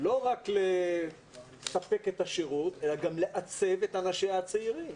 לא רק לספק את השירות אלא גם לעצב את אנשיה הצעירים.